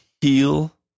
heal